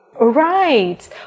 Right